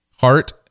Heart